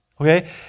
okay